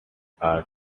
are